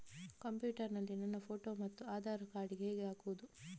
Computer ನಲ್ಲಿ ನನ್ನ photo ಮತ್ತು ಆಧಾರ್ ಕಾರ್ಡ್ ಹೇಗೆ ಹಾಕುವುದು?